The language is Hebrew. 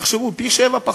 תחשבו: פי-שבעה.